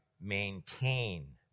maintain